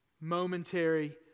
momentary